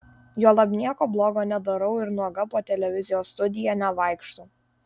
juolab nieko blogo nedarau ir nuoga po televizijos studiją nevaikštau